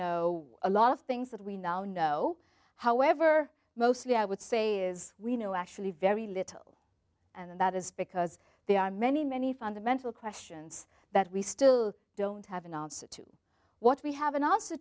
know a lot of things that we now know however mostly i would say is we know actually very little and that is because there are many many fundamental questions that we still don't have an answer to what we have an